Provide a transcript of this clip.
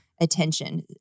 attention